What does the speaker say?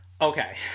Okay